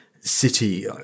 city